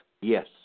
Yes